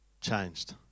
changed